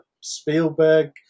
Spielberg